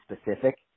specific